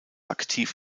aktiv